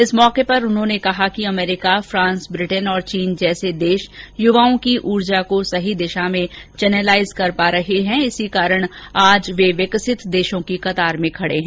इस मौके पर उन्होंने कहा कि अमेरिका फ्रांस ब्रिटेन चीन जैसे देश युवाओं की ऊर्जा को सही दिशा में चैनलाइज करने के कारण ही आज विकसित देशों की कतार में खड़े हैं